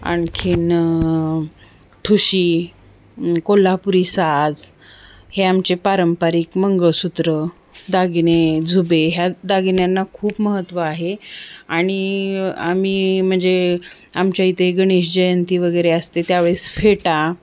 आणखी ठुशी कोल्हापुरी साज हे आमचे पारंपारिक मंगळसूत्रं दागिने झुबे ह्या दागिन्यांना खूप महत्त्व आहे आणि आम्ही म्हणजे आमच्या इथे गणेश जयंती वगैरे असते त्यावेळेस फेटा